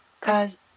Cause